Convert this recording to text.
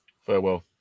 Farewell